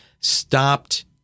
stopped